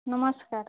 ନମସ୍କାର